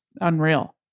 unreal